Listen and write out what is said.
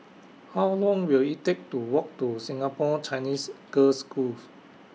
How Long Will IT Take to Walk to Singapore Chinese Girls' Schools